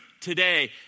today